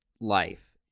life